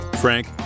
Frank